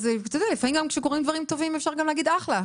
לפעמים כשקורים דברים טובים אפשר גם להגיד אחלה.